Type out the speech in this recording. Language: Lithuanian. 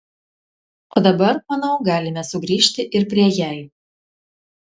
o dabar manau galime sugrįžti ir prie jei